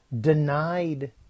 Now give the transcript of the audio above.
denied